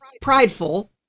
prideful